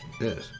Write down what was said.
Yes